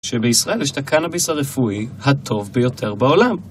שבישראל יש את הקנאביס הרפואי, הטוב ביותר בעולם.